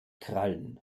krallen